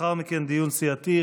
לאחר מכן דיון סיעתי,